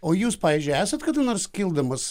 o jūs pavyzdžiui esat kada nors kildamas